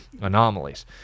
Anomalies